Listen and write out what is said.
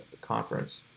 conference